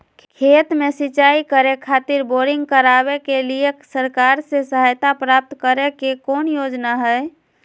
खेत में सिंचाई करे खातिर बोरिंग करावे के लिए सरकार से सहायता प्राप्त करें के कौन योजना हय?